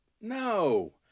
No